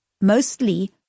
mostly